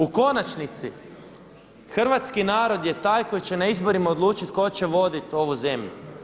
U konačnici, hrvatski narod je taj koji će na izborima odlučiti tko će vodit ovu zemlju.